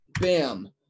Bam